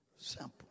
simple